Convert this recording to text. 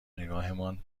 نگاهمان